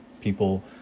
People